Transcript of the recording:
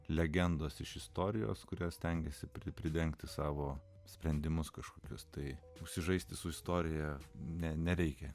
legendos iš istorijos kuria stengėsi pridengti savo sprendimus kažkokius tai užsižaisti su istorija ne nereikia